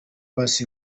paccy